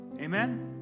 Amen